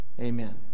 Amen